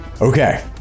okay